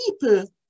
people